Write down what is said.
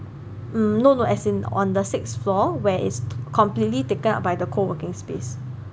no no as in on the sixth floor where it's completely taken up by the coworking space